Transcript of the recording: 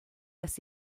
las